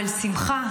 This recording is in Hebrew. אבל שמחה,